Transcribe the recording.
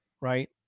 right